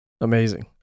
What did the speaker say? amazing